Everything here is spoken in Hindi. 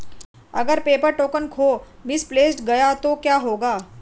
अगर पेपर टोकन खो मिसप्लेस्ड गया तो क्या होगा?